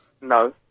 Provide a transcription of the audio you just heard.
No